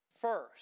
first